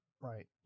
Right